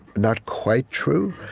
not quite true,